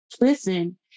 Listen